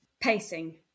pacing